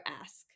ask